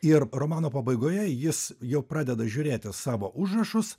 ir romano pabaigoje jis jau pradeda žiūrėti savo užrašus